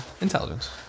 Intelligence